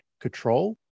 control